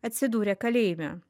atsidūrė kalėjime